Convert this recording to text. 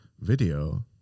video